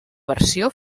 versió